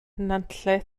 nantlle